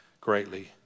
greatly